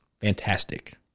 Fantastic